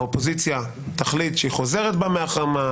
האופוזיציה תחליט שהיא חוזרת בה מהחרמה,